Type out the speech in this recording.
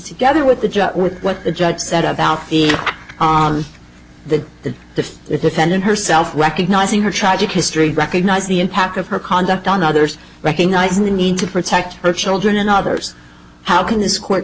together with the jet with what the judge said about the on the the defendant herself recognizing her tragic history recognize the impact of her conduct on others recognizing the need to protect her children and others how can this court